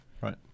Right